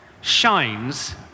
shines